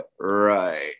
Right